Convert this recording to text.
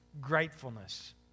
gratefulness